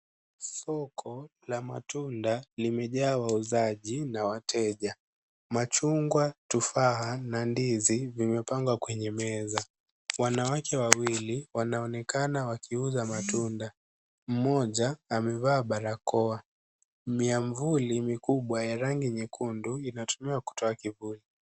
Soko la matunda limejaa wauzaji na wateja. Machungwa, tufaha na ndizi vimepangwa kwenye meza. Wanawake wawili wanonekana wakiuza matunda, mmoja amevaa barakoa. Miavuli mikubwa ya rangi nyekundu inatumika kutoa kivuli.